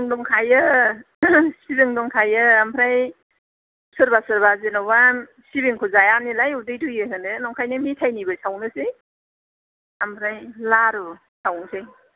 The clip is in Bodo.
सिबिं दंखायो सिबिं दंखायो आमफ्राय सोरबा सोरबा जेन'बा सिबिंखौ जाया नालाय उदै दुयो होनो ओंखायनो मेथायनिबो सावनोसै आमफ्राय लारु सावनोसै